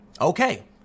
Okay